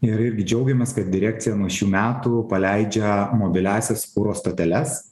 ir irgi džiaugiamės kad direkcija nuo šių metų paleidžia mobiliąsias kuro stoteles